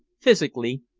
physically,